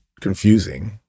confusing